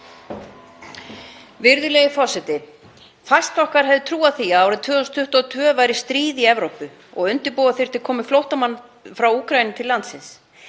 Virðulegi forseti. Fæst okkar hefðu trúað því að árið 2022 væri stríð í Evrópu og undirbúa þyrfti komu flóttamanna frá Úkraínu til landsins.